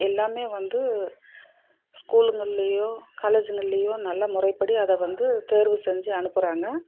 எல்லாமே வந்து ஸ்கூலுங்கள்லேயோ காலேஜ்ங்கள்லேயோ நல்லா முறைப்படி அதை வந்து தேர்வு செஞ்சு அனுப்புகிறாங்க